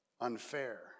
unfair